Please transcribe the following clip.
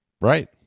Right